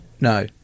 No